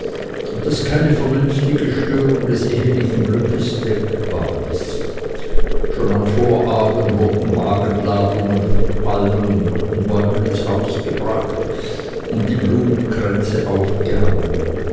abgewogen daß keine vernünftige störung des ehelichen glückes denkbar ist schon am vorabend wurden wagenladungen von palmen und myrtenbäumen ins haus gebracht und die blumenkränze aufgehangen